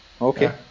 Okay